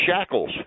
shackles